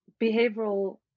behavioral